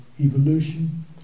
evolution